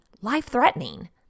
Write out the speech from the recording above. life-threatening